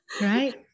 right